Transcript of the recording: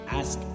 ask